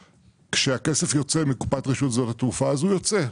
כשהכסף יוצא מקופת רשות שדות התעופה, הוא יוצא.